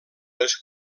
les